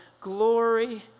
glory